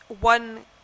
one